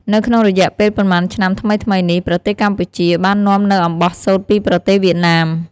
នៅក្នុងរយៈពេលប៉ុន្មានឆ្នាំថ្មីៗនេះ ប្រទេសកម្ពុជា បាននាំនូវអំបោះសូត្រពីប្រទេសវៀតណាម។